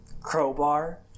crowbar